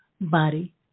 body